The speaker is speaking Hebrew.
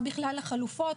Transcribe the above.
מה בכלל החלופות,